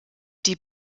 die